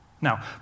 Now